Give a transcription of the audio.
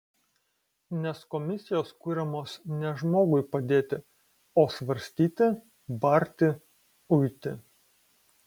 nes komisijos kuriamos ne žmogui padėti o svarstyti barti uiti